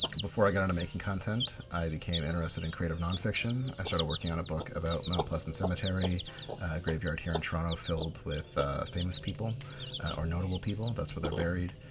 before i got into making content i became interested in creative non-fiction. i started working on a book about mount pleasant cemetery, a graveyard here in toronto filled with famous people or notable people, that's where they are buried.